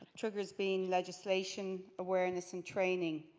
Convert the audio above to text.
triggers being legislation awareness and training.